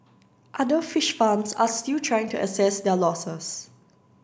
other fish farms are still trying to assess their losses